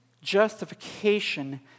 justification